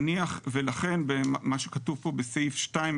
ולכן מה שכתוב פה בסעיף 2,